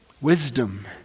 Wisdom